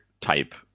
type